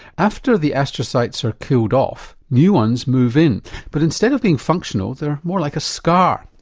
after the astrocytes are killed off new ones move in but instead of being functional they are more like a scar.